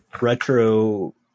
retro